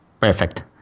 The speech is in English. Perfect